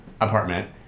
apartment